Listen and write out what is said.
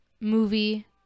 movie